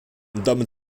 damit